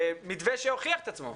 מתווה שהוכיח את עצמו,